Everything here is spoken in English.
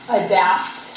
adapt